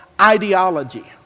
ideology